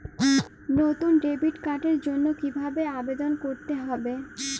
নতুন ডেবিট কার্ডের জন্য কীভাবে আবেদন করতে হবে?